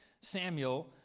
Samuel